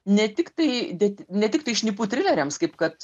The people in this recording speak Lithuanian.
ne tik tai dėt ne tik tai šnipų trileriams kaip kad